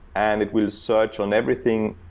and it will search on everything,